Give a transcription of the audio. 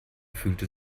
fühlte